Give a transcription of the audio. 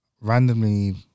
randomly